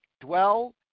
Dwell